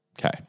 Okay